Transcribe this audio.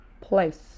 place